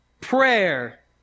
Prayer